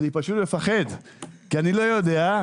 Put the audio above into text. אני פשוט מפחד כי אני לא יודע,